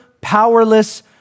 powerless